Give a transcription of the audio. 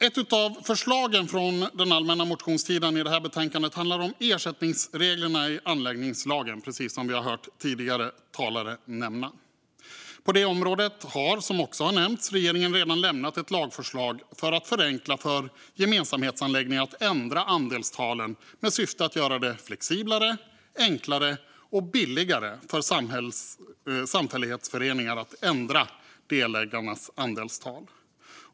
Ett av de förslag från allmänna motionstiden som behandlas i betänkandet handlar om ersättningsreglerna i anläggningslagen, precis som vi har hört tidigare talare nämna. På det området har, så som också har nämnts, regeringen redan lämnat ett lagförslag för att förenkla för gemensamhetsanläggningar att ändra andelstalen med syftet att göra det flexiblare, enklare och billigare för samfällighetsföreningar att ändra delägarnas andelstal.